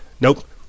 Nope